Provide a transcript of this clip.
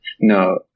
No